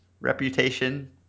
reputation